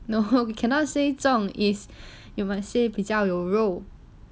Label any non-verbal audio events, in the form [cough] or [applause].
[laughs] cannot say 重 is you must say 比较有肉